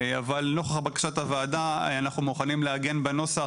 אבל נוכח בקשת הוועדה אנחנו מוכנים לעגן בנוסח